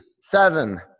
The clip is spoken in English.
seven